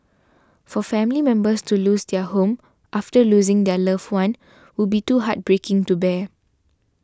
for family members to lose their home after losing their loved one would be too heartbreaking to bear